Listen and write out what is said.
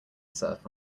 surf